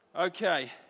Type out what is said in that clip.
Okay